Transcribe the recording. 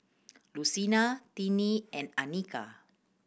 Lucina Tiney and Anika